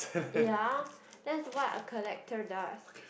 ya that's what a collector does